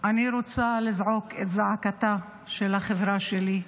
אני רוצה לזעוק את זעקתה של החברה שלי,